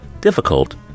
Difficult